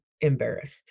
embarrassed